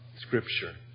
Scripture